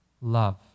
love